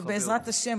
ובעזרת השם,